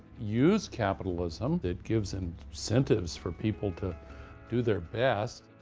use capitalism, it gives and so incentives for people to do their best.